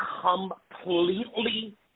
completely